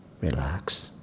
relax